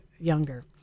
younger